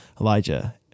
Elijah